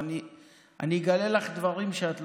אבל אני אגלה לך דברים שלא ידעת,